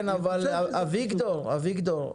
כן, אבל אביגדור, אביגדור,